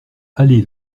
allée